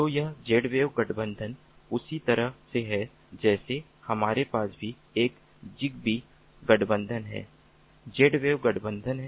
तो यह Zwave गठबंधन उसी तरह से है जैसे हमारे पास भी एक Zigbee गठबंधन है Zwave गठबंधन है